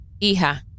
Hija